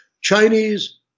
Chinese